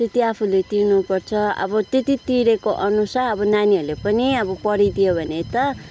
त्यति आफूले तिर्नु पर्छ अब त्यति तिरेको अनुसार नानीहरूले पनि अब पढिदियो भने त